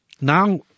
now